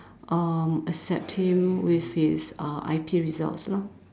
um accept him with his uh I_P results lor